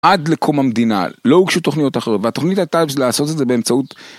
עד לקום המדינה לא הוגשו תכניות אחרות והתוכנית הייתה אז לעשות את זה באמצעות.